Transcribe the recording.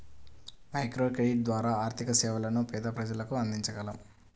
microcredit ద్వారా ఆర్థిక సేవలను పేద ప్రజలకు అందించగలం